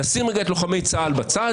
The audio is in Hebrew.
נשים לרגע את לוחמי צה"ל בצד,